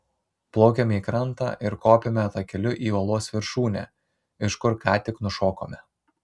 plaukiame į krantą ir kopiame takeliu į uolos viršūnę iš kur ką tik nušokome